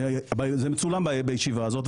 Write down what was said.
זה מצולם בישיבה הזאת.